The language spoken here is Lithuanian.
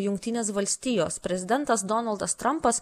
jungtinės valstijos prezidentas donaldas trampas